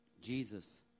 Jesus